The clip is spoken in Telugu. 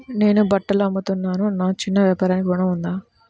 నేను బట్టలు అమ్ముతున్నాను, నా చిన్న వ్యాపారానికి ఋణం ఉందా?